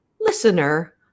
listener